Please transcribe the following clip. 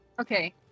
Okay